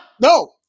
No